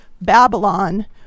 Babylon